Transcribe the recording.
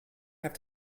have